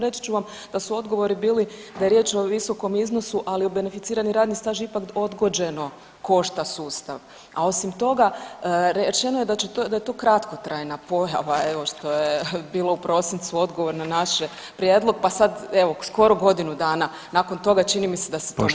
Reći ću vam da su odgovori bili da je riječ o visokom iznosu, ali beneficirani radni staž ipak odgođeno košta sustav, a osim toga, rečeno je da je to kratkotrajna pojava, evo, što je bilo u prosincu odgovor na naš prijedlog, pa sad evo, skoro godinu dana nakon toga, čini mi se da se to može ponoviti.